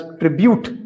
tribute